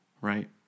Right